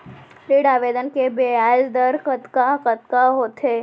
ऋण आवेदन के ब्याज दर कतका कतका होथे?